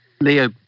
Leo